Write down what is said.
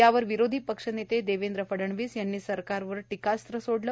यावर विरोधी पक्षनेते देवेंद्र फडणवीस यांनी सरकारवर टीकास्त्र सोडलं